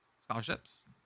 scholarships